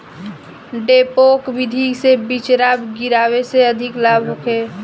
डेपोक विधि से बिचरा गिरावे से अधिक लाभ होखे?